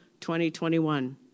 2021